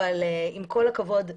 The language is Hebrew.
אבל עם כל הכבוד,